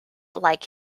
like